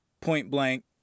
point-blank